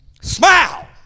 smile